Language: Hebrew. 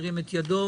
ירים את ידו.